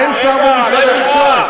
אין, אין שר במשרד התקשורת.